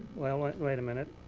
well, wait a minute.